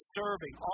serving